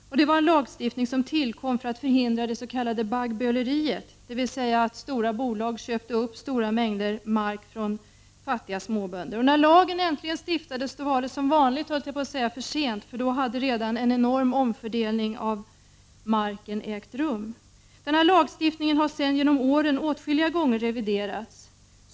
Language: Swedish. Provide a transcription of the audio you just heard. Den lagstiftningen tillkom för att förhindra det s.k. baggböleriet, dvs. att stora bolag köpte upp mark från fattiga småbönder. När lagen äntligen stiftades var det emellertid för sent — som vanligt, frestas man att säga — för då hade redan en enorm omfördelning av mark ägt rum. Denna lagstiftning har sedan genom åren åtskilliga gånger reviderats.